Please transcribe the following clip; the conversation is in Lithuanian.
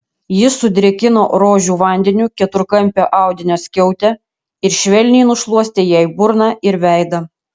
jis sudrėkino rožių vandeniu keturkampę audinio skiautę ir švelniai nušluostė jai burną ir veidą